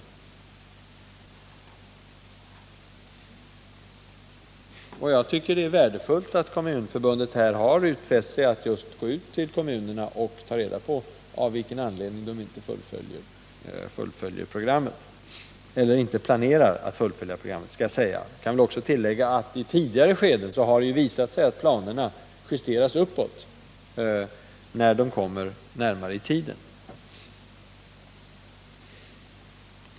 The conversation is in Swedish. Jag tycker det är värdefullt att Kommunförbundet har utfäst sig att ta reda på hos kommunerna av vilken anledning de inte planerar att följa programmet. Det skall kanske tilläggas att det hittills har varit så, att planerna har justerats uppåt när man har kommit närmare i tiden.